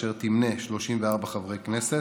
אשר תמנה 34 חברי כנסת,